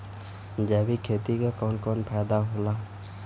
जैविक खेती क कवन कवन फायदा होला?